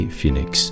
Phoenix